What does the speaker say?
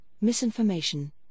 misinformation